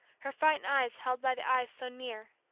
her frightened eyes held by the eyes so near,